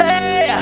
Hey